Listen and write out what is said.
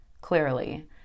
clearly